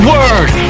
Word